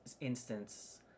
instance